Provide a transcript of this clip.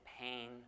pain